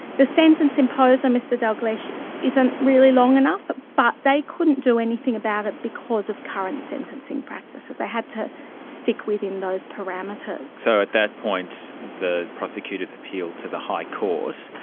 the sentence imposed on mr dalgliesh isn't really long enough, ah but they couldn't do anything about it because of current sentencing practice, that they had to stick within those parameters. so at that point at the prosecutors appealed to the high court,